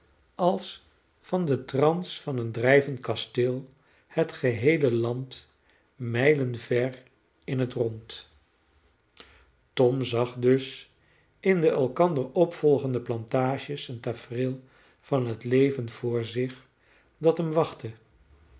als van den trans van een drijvend kasteel het geheele land mijlen ver in het rond tom zag dus in de elkander opvolgende plantages een tafereel van het leven voor zich dat hem wachtte